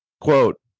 quote